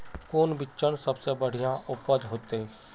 कौन बिचन सबसे बढ़िया उपज होते?